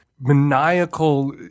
maniacal